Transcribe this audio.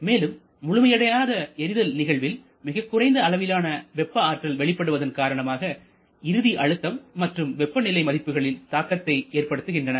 மேலும் முழுமையடையாத எரிதல் நிகழ்வில் மிகக் குறைந்த அளவிலான வெப்ப ஆற்றல் வெளிப்படுவதன் காரணமாக இறுதி அழுத்தம் மற்றும் வெப்பநிலை மதிப்புகளில் தாக்கத்தை ஏற்படுத்துகின்றன